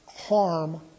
harm